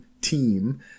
team